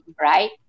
right